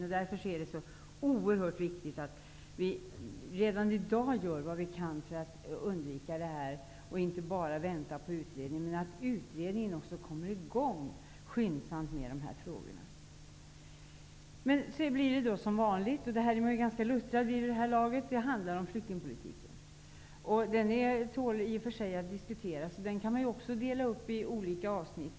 Det är därför oerhört viktigt att vi redan i dag gör vad vi kan för att undvika detta och inte bara väntar på utredningen. Det är också viktigt att arbetet med dessa frågor skyndsamt kommer i gång i utredningen. Det blir som vanligt. Jag känner mig ganska luttrad vid det här laget. Flyktingpolitiken är i och för sig svår att diskutera. Man kan dela upp den i olika avsnitt.